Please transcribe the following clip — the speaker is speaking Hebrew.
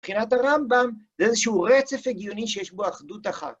מבחינת הרמב״ם זה איזשהו רצף הגיוני שיש בו אחדות אחת.